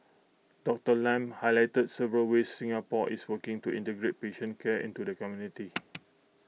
Doctor Lam highlighted several ways Singapore is working to integrate patient care into the community